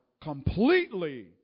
completely